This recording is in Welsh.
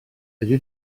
fedri